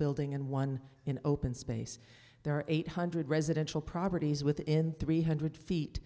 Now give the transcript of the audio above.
building and one in open space there are eight hundred residential properties within three hundred feet